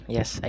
Yes